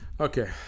Okay